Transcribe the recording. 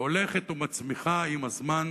שהולכת ומצמיחה עם הזמן